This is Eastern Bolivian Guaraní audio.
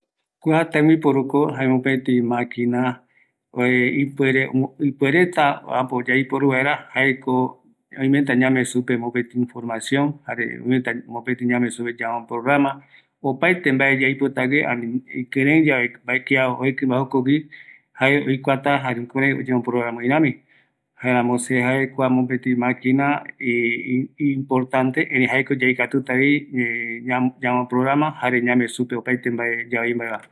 ﻿Kiua tembiporuko jae mopeti maquina ipere, ipuereta äpo yaiporu vaera jaeko oimeta ñame supe informacion, jare ometa mepeti ñame supe yemoprograma, opaete mbae yaipotague, ani ikireiyae mbae kia ojo mbae oiki jokogiu, jae oikuata jare kurai oñomoprograma öi rami, jaeramo se jae kua mopeti maquina importantegue erei jaeko yaikatutavi ñamoprograma jare ñame uspe opaete mbae yavai mbaeva